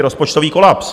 Rozpočtový kolaps.